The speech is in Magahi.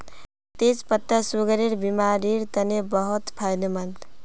तेच पत्ता सुगरेर बिमारिर तने बहुत फायदामंद